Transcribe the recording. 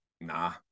nah